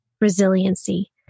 resiliency